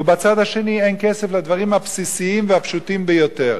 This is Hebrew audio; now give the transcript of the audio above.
ובצד השני אין כסף לדברים הבסיסיים והפשוטים ביותר.